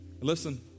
Listen